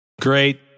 Great